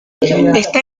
está